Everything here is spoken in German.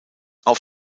auf